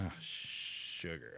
Sugar